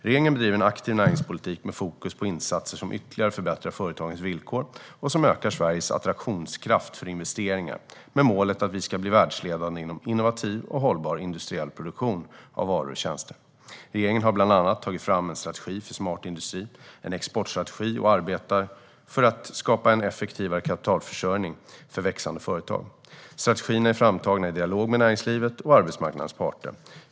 Regeringen bedriver en aktiv näringspolitik med fokus på insatser som ytterligare förbättrar företagens villkor och som ökar Sveriges attraktionskraft för investeringar med målet att vi ska bli världsledande inom innovativ och hållbar industriell produktion av varor och tjänster. Regeringen har bland annat tagit fram en strategi för Smart industri, en exportstrategi och arbetar för att skapa en effektivare kapitalförsörjning för växande företag. Strategierna är framtagna i dialog med näringslivet och arbetsmarknadens parter.